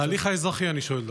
אני שואל דווקא בהליך האזרחי.